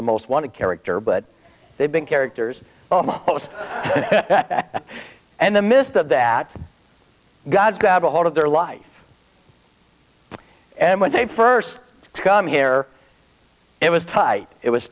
the most wanted character but they've been characters almost and the midst of that god's got ahold of their life and when they first come here it was tight it was